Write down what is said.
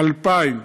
2,000,